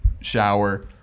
shower